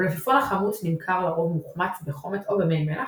המלפפון החמוץ נמכר לרוב מוחמץ בחומץ או במי מלח,